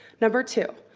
number two.